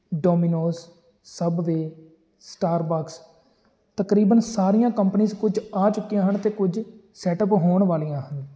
Domino's Subway Starbucks ਤਕਰੀਬਨ ਸਾਰੀਆਂ companies ਕੁਝ ਆ ਚੁੱਕੀਆਂ ਹਨ ਅਤੇ ਕੁਝ ਸੈਟਅਪ ਹੋਣ ਵਾਲੀਆਂ ਹਨ